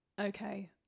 Okay